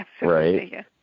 right